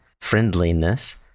friendliness